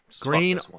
Green